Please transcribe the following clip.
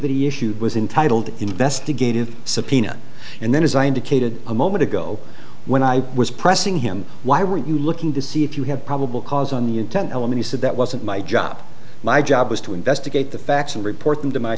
he issued was intitled the investigative subpoena and then as i indicated a moment ago when i was pressing him why were you looking to see if you have probable cause on the intent element he said that wasn't my job my job was to investigate the facts and report them to my